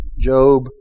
Job